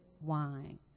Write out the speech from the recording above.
wine